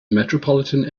metropolitan